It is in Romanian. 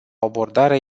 abordare